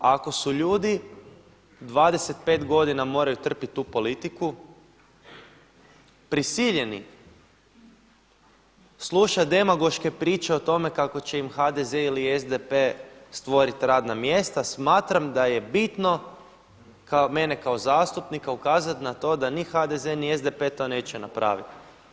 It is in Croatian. Ako su ljudi 25 godina moraju trpiti tu politiku prisiljeni slušati demagoške priče o tome kako će im HDZ ili SDP stvoriti radna mjesta smatram da je bitno mene kao zastupnika ukazati na to da ni HDZ ni SDP to neće napraviti.